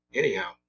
anyhow